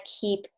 keep